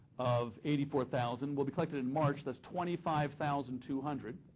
of eighty four thousand will be collected in march. that's twenty five thousand two hundred.